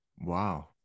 Wow